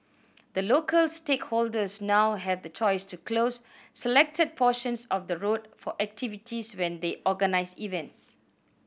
the local stakeholders now have the choice to close selected portions of the road for activities when they organise events